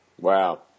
Wow